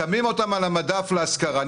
וישימו אותן על המדף להשכרה,